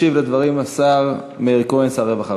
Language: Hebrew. ישיב על הדברים השר מאיר כהן, שר הרווחה.